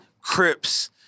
Crips